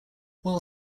while